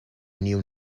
knew